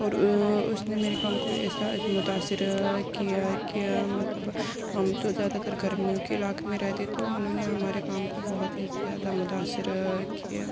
اور اُس نے میرے کام کو اِس طرح متاثر کیا کہ مطلب ہم تو زیادہ تر گرمیوں کے علاقے میں رہتے تو اُنہوں نے ہمارے کام کو بہت ہی زیادہ متاثر کیا